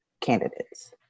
candidates